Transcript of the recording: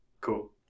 cool